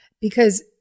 Because-